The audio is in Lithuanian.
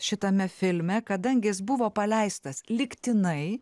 šitame filme kadangi jis buvo paleistas lygtinai